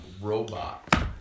robot